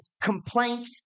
complaint